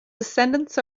descendants